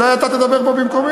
אולי אתה תדבר פה במקומי,